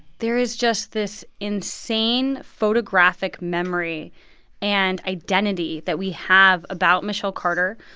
there is just this insane photographic memory and identity that we have about michelle carter.